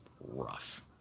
rough